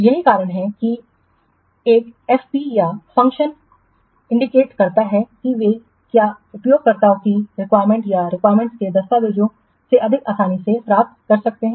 तो यही कारण है कि एक एफपी या फ़ंक्शन इंगित करता है कि वे क्या उपयोगकर्ताओं की रिक्वायरमेंट्स या रिक्वायरमेंट्स के दस्तावेजों से अधिक आसानी से प्राप्त कर सकते हैं